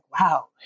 wow